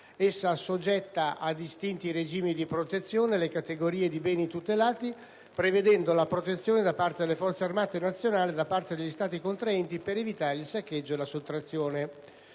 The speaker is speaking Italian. Essa assoggetta a distinti regimi di protezione le categorie di beni tutelati, prevedendone la protezione da parte delle forze armate nazionali degli Stati contraenti per evitare il saccheggio e la sottrazione.